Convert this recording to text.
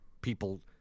people